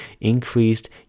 increased